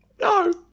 No